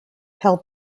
held